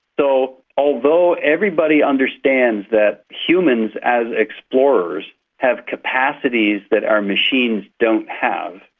so although everybody understands that humans as explorers have capacities that our machines don't have,